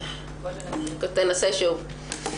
תנסה שוב.